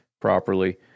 properly